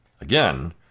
Again